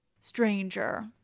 Stranger